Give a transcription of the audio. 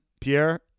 Pierre